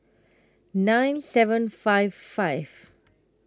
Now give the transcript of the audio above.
nine seven five five